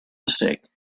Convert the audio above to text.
mistake